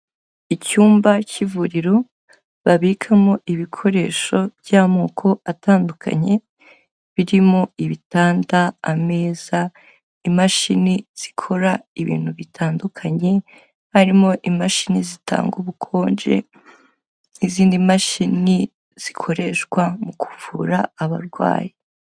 Icyumba cy'ivuriro babikamo ibikoresho by'amoko atandukanye, birimo ibitanda, ameza, imashini zikora ibintu bitandukanye, harimo imashini zitanga ubukonje n'izindi mashini zikoreshwa mu kuvura abarwayi.